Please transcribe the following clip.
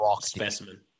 specimen